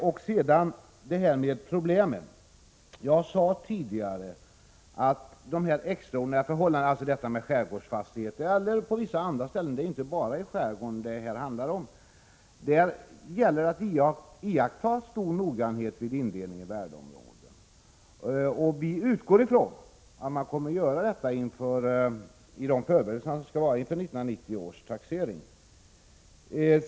Om problemen med de extraordinära förhållandena t.ex. när det gäller skärgårdsfastigheter — det här handlar ju inte bara om skärgården utan även om vissa andra områden — sade jag tidigare att det gäller att iaktta stor noggrannhet vid indelningen i värdeområden. Vi utgår ifrån att man kommer = Prot. 1986/87:104 att göra det vid de förberedelser som skall göras för 1990 års taxering.